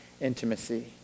intimacy